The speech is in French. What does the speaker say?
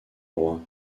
roi